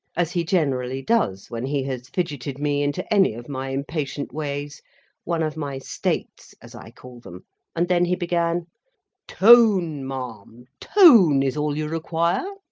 as he generally does when he has fidgetted me into any of my impatient ways one of my states, as i call them and then he began tone, ma'am, tone, is all you require!